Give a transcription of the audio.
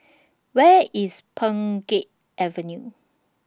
Where IS Pheng Geck Avenue